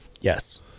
Yes